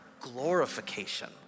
glorification